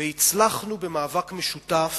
והצלחנו במאבק משותף